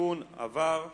התיקון עבר והתקבל.